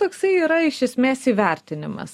toksai yra iš esmės įvertinimas